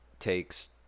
Takes